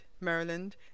Maryland